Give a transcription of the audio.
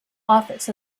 office